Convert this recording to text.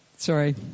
sorry